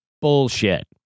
Bullshit